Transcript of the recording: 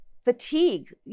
fatigue